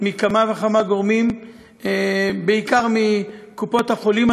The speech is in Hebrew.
מכמה וכמה גורמים, בעיקר מקופות-החולים,